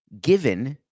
Given